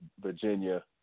Virginia